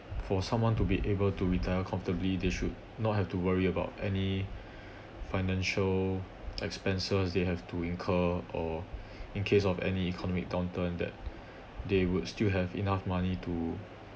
for someone to be able to retire comfortably they should not have to worry about any financial expenses they have to incur or in case of any economic downturn that they would still have enough money to